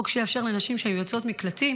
שיאפשר לנשים שהן יוצאות מקלטים